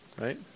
right